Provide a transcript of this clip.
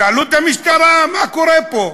שאלו את המשטרה: מה קורה פה?